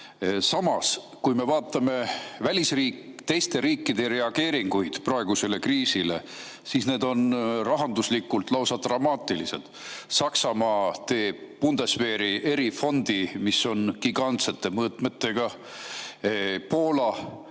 Samas, kui me vaatame teiste riikide reageeringuid praegusele kriisile, siis need on rahanduslikult lausa dramaatilised. Saksamaa teeb Bundeswehri erifondi, mis on gigantsete mõõtmetega. Poola